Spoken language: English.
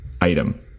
item